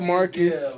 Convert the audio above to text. Marcus